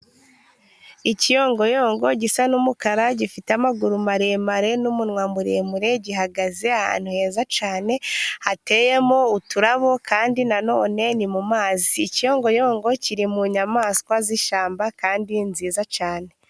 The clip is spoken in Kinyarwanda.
Ikiyongoyongo gisa n'umukara gifite amaguru maremare n'umunwa muremure, gihagaze ahantu heza cyane hateyemo uturabo, kandi na none ni mu mazi. Ikiyongoyongo kiri mu nyamaswa z'ishyamba kandi ni nziza cyane.